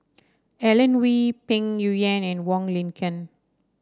Alan Oei Peng Yuyun and Wong Lin Ken